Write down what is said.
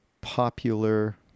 Popular